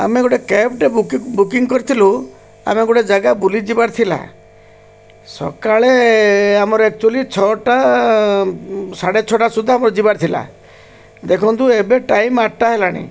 ଆମେ ଗୋଟେ କ୍ୟାବ୍ଟେ ବୁକିଂ କରିଥିଲୁ ଆମେ ଗୋଟେ ଜାଗା ବୁଲିଯିବାର ଥିଲା ସକାଳେ ଆମର ଅକ୍ଚ୍ୟୁଆଲି ଛଅଟା ସାଢ଼େ ଛଅଟା ସୁଦ୍ଧା ଆମର ଯିବାର ଥିଲା ଦେଖନ୍ତୁ ଏବେ ଟାଇମ୍ ଆଠଟା ହେଲାଣି